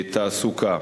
התעסוקה.